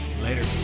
Later